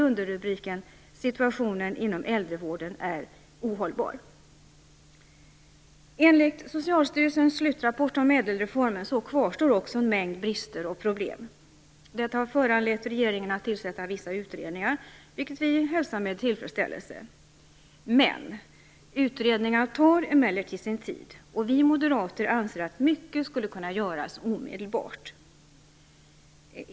Underrubriken löd: "Situationen inom äldrevården är ohållbar". Enligt Socialstyrelsens slutrapport om ädelreformen kvarstår också en mängd brister och problem. Detta har föranlett regeringen att tillsätta vissa utredningar, vilket vi hälsar med tillfredsställelse. Utredningar tar emellertid sin tid, och vi moderater anser att mycket skulle kunna göras omedelbart.